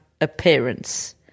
appearance